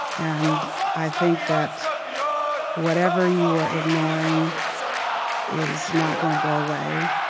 and i think that whatever you are ignoring is not going to go away.